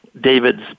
David's